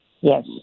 Yes